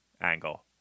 angle